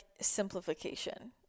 simplification